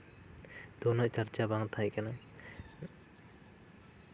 ᱩᱱᱟᱹᱜ ᱪᱚᱨᱪᱟ ᱵᱟᱝ ᱛᱟᱦᱮᱸ ᱠᱟᱱᱟ